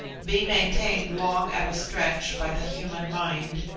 be maintained long at a stretch by the human mind,